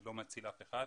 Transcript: זה לא מציל אף אחד,